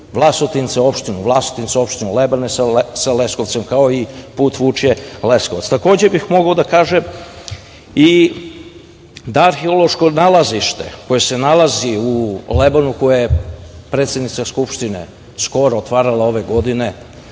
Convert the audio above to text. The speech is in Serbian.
Vlasotince, opštinu Vlasotince, Lebane, sa Leskovcem, kao i put Vučje Leskovac. Takođe bih mogao da kažem i da arheološko nalazište koje se nalazi u Lebanu, a koje je predsednica Skupštine skoro otvarala ove godine,